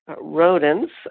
rodents